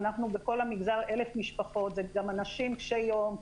אנחנו בכל המגזר אלף משפחות, זה גם אנשים קשי יום.